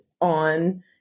on